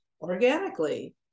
organically